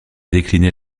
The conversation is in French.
décliner